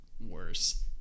worse